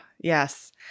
yes